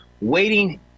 waiting